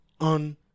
on